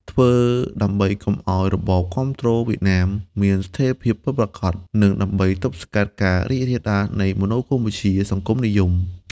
ធ្វើដើម្បីកុំឱ្យរបបគាំទ្រវៀតណាមមានស្ថិរភាពពិតប្រាកដ និងដើម្បីទប់ស្កាត់ការរីករាលដាលនៃមនោគមវិជ្ជាសង្គមនិយម។